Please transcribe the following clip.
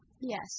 Yes